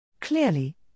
Clearly